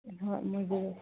ꯍꯣꯏ ꯃꯣꯏꯁꯦ